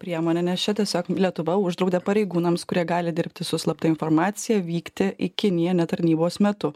priemonė nes čia tiesiog lietuva uždraudė pareigūnams kurie gali dirbti su slapta informacija vykti į kiniją ne tarnybos metu